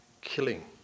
killing